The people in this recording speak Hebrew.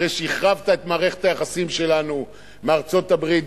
אחרי שהחרבת את מערכת היחסים שלנו עם ארצות-הברית,